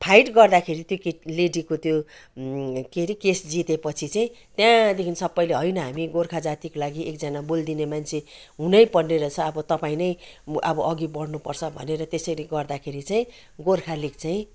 fight गर्दाखेरि त्यो केटी लेडीको त्यो के अरे केस जितेपछि त्यहाँदेखि होइन हामी गोर्खा जातिको लागि एकजना बोलिदिने मान्छे हुनै पर्ने रहेछ अब तपाईँ नै अब अगाडि बढ्नुपर्छ भनेर त्यसरी गर्दाखेरि चाहिँ गोर्खा लिग चाहिँ